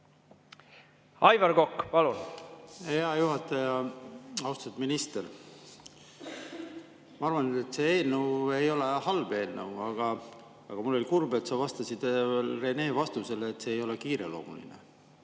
Aivar Kokk, palun! Hea juhataja! Austatud minister! Ma arvan, et see eelnõu ei ole halb eelnõu, aga mul oli kurb [kuulda], et sa vastasid Renele, et see ei ole kiireloomuline.